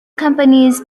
companies